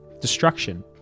destruction